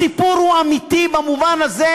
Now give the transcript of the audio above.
הסיפור הוא אמיתי במובן הזה,